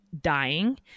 dying